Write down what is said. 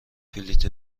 بلیط